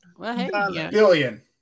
Billion